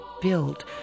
built